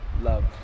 love